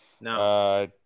No